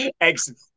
Excellent